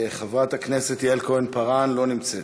חברת הכנסת יעל כהן-פארן, לא נמצאת,